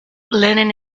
lenin